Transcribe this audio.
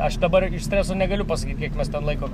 aš dabar negaliu pasakyt kiek mes ten laiko